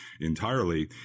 entirely